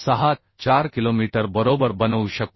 64किलोमीटर बरोबर बनवू शकू